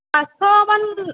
পাঁচশ মান